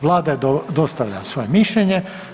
Vlada je dostavila svoje mišljenje.